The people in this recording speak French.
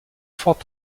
forte